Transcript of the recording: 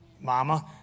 Mama